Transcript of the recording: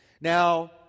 Now